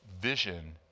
vision